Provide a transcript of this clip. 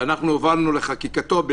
שאנחנו הובלנו לחקיקתו,